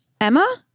Emma